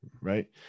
right